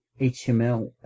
HTML